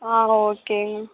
ஆ ஓகேங்க